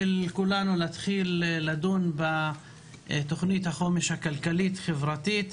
כולנו היא להתחיל לדון בתוכנית החומש הכלכלית-חברתית.